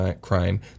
crime